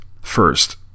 first